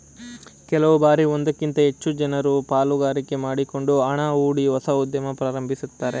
ಕೆಲವು ಬಾರಿ ಒಂದಕ್ಕಿಂತ ಹೆಚ್ಚು ಜನರು ಪಾಲುಗಾರಿಕೆ ಮಾಡಿಕೊಂಡು ಹಣ ಹೂಡಿ ಹೊಸ ಉದ್ಯಮ ಪ್ರಾರಂಭಿಸುತ್ತಾರೆ